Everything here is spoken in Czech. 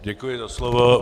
Děkuji za slovo.